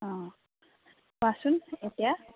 অঁ কোৱাচোন এতিয়া